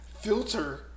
filter